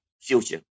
future